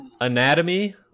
anatomy